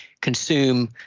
consume